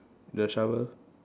the shovel